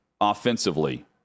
offensively